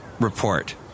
report